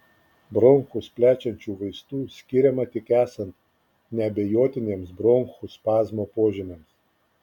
bronchus plečiančių vaistų skiriama tik esant neabejotiniems bronchų spazmo požymiams